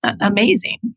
amazing